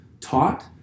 taught